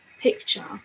picture